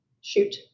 shoot